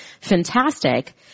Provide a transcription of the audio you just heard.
fantastic